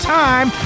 time